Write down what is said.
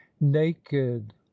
naked